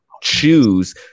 choose